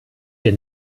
wir